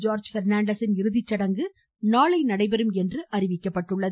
George பெர்னான்டஸின் இறுதிச்சடங்கு நாளை நடைபெறும் என்று அறிவிக்கப்பட்டுள்ளது